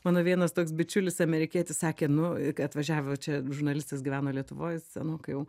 mano vienas toks bičiulis amerikietis sakė nu kai atvažiavo čia žurnalistas gyveno lietuvoj senokai jau